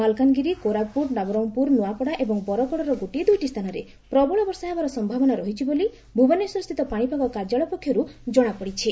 ମାଲକାନଗିରି କୋରାପୁଟ ନବରଙ୍ଗପୁର ନୂଆପଡ଼ା ଏବଂ ବରଗଡ଼ର ଗୋଟିଏ ଦୁଇଟି ସ୍ରାନରେ ପ୍ରବଳ ବର୍ଷା ହେବାର ସ୍ୟାବନା ରହିଛି ବୋଲି ଭୁବନେଶ୍ୱର ପାଶିପାଗ ବିଭାଗ ପକ୍ଷରୁ ଜଣାପଡ଼ିଛି